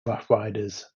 roughriders